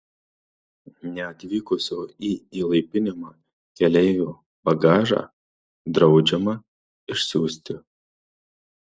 neatvykusio į įlaipinimą keleivio bagažą draudžiama išsiųsti